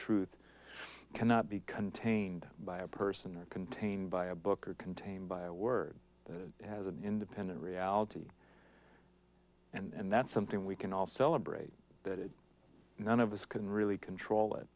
truth cannot be contained by a person or contained by a book or contained by a word that has an independent reality and that's something we can all celebrate that none of us can really control